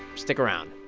stick around